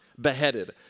beheaded